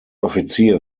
offizier